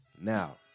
Now